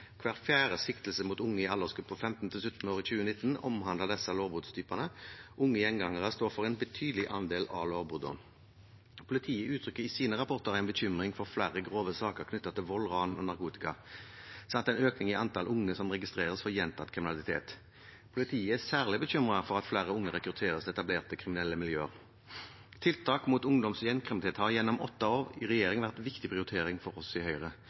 Hver fjerde siktelse mot unge i aldersgruppen 15 til 17 år i 2019 omhandler disse lovbruddstypene. Unge gjengangere står for en betydelig andel av lovbruddene. Politiet uttrykker i sine rapporter en bekymring for flere grove saker knyttet til vold, ran og narkotika. Det er en økning i antall unge som registreres for gjentatt kriminalitet. Politiet er særlig bekymret for at flere unge rekrutteres til etablerte kriminelle miljøer. Tiltak mot ungdoms- og gjengkriminalitet har gjennom åtte år i regjering vært en viktig prioritering for oss i Høyre.